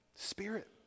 Spirit